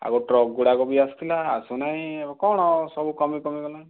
ଆଗ ଟ୍ରକ୍ଗୁଡ଼ାକ ବି ଆସୁଥିଲା ଆସୁନାହିଁ କ'ଣ ସବୁ କମି କମିଗଲା